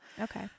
Okay